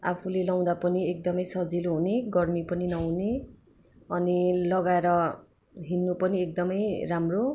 आफूले लगाउँदा पनि एकदमै सजिलो हुने गर्मी पनि नहुने अनि लगाएर हिँड्नु पनि एकदमै राम्रो